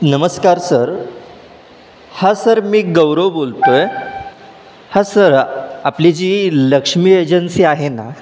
नमस्कार सर हां सर मी गौरव बोलतो आहे हां सर आपली जी लक्ष्मी एजन्सी आहे ना